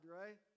right